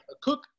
Cook